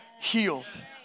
healed